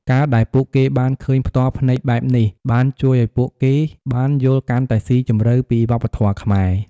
ការដែលពួកគេបានឃើញផ្ទាល់ភ្នែកបែបនេះ បានជួយឲ្យពួកគេបានយល់កាន់តែស៊ីជម្រៅពីវប្បធម៌ខ្មែរ។